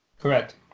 Correct